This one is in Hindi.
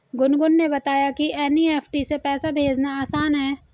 गुनगुन ने बताया कि एन.ई.एफ़.टी से पैसा भेजना आसान है